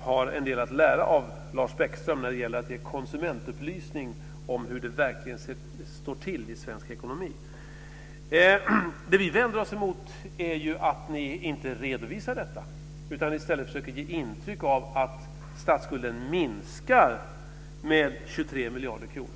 har en del att lära av Lars Bäckström när det gäller att ge konsumentupplysning om hur det verkligen står till i svensk ekonomi. Det vi vänder oss emot är ju att ni inte redovisar detta utan i stället försöker ge intryck av att statsskulden minskar med 23 miljarder kronor.